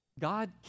God